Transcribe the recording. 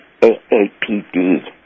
AAPD